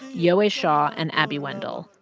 yowei shaw and abby wendle.